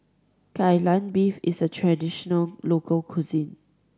Kai Lan Beef is a traditional local cuisine